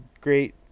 great